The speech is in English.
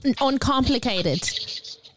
uncomplicated